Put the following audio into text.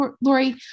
Lori